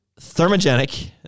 thermogenic